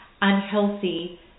unhealthy